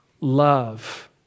love